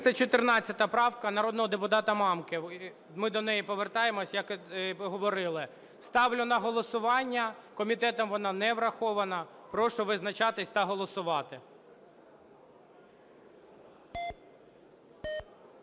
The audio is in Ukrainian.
314 правка народного депутата Мамки. Ми до неї повертаємося, як і говорили. Ставлю на голосування. Комітетом вона не врахована. Прошу визначатись та голосувати.